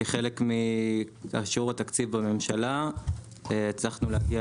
כחלק מאישור התקציב בממשלה הצלחנו להגיע